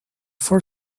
for